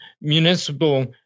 municipal